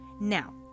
Now